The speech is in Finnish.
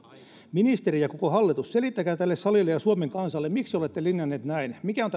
ministeri ja koko hallitus selittäkää tälle salille ja suomen kansalle miksi olette linjanneet näin mikä on